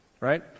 Right